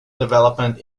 development